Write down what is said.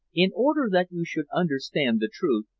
in order that you should understand the truth,